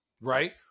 right